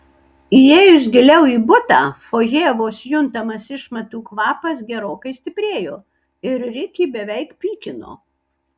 įėjus giliau į butą fojė vos juntamas išmatų kvapas gerokai stiprėjo ir rikį beveik pykino